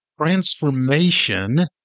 transformation